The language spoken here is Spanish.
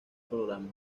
programa